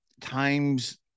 times